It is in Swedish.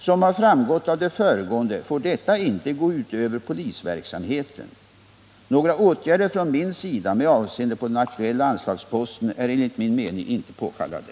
Som har framgått av det föregående får detta inte gå ut över polisverksamheten. Några åtgärder från min sida med avseende på den aktuella anslagsposten är enligt min mening inte påkallade.